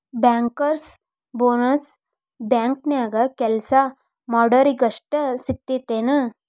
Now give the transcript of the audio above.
Bankers bonus ಬ್ಯಾಂಕ್ನ್ಯಾಗ್ ಕೆಲ್ಸಾ ಮಾಡೊರಿಗಷ್ಟ ಸಿಗ್ತದೇನ್?